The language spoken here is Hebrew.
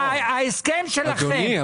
אדוני,